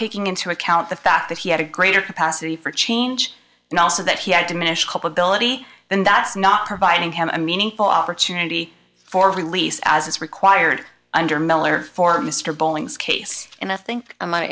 taking into account the fact that he had a greater capacity for change and also that he had diminished culpability and that's not providing him a meaningful opportunity for release as is required under miller for mr bolling's case in a think i